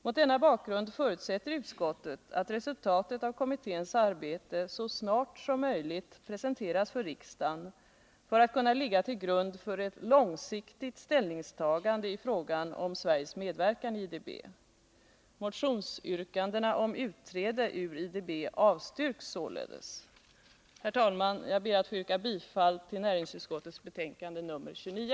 Mot denna bakgrund förutsätter utskottet att resultatet av kommitténs arbete så snart som möjligt presenteras för riksdagen för att kunna ligga till grund för ett långsiktigt ställningstagande i frågan om Sveriges medverkan i IDB. Herr talman! Jag ber att få yrka bifall till näringsutskottets hemställan i betänkande nr 29.